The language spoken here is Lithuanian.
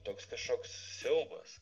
toks kažkoks siaubas